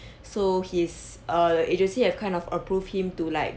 so his err agency have kind of approved him to like